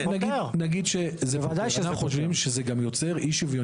נגיד שאנחנו חושבים שזה גם יוצר אי שוויון בתמורה.